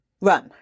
run